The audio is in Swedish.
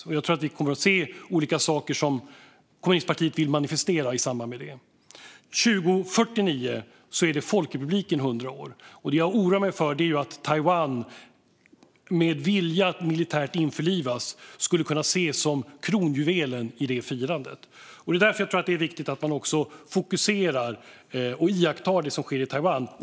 Jag tror att vi kommer att se olika saker som kommunistpartiet vill manifestera i samband med det. År 2049 fyller folkrepubliken 100 år. Det jag oroar mig för är att Taiwan, med den vilja som finns att införliva det militärt, skulle kunna ses som kronjuvelen i det firandet. Det är därför jag tror att det är viktigt att man fokuserar på och iakttar det som sker i Taiwan.